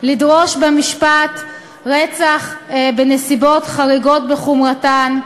לדרוש במשפט רצח בנסיבות חריגות בחומרתן,